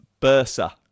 Bursa